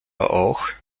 auch